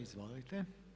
Izvolite.